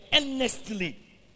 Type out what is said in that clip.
earnestly